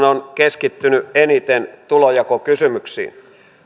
on keskittynyt eniten tulonjakokysymyksiin